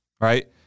right